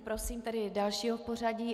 Prosím tedy dalšího v pořadí.